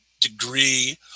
degree